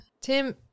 Tim